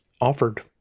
offered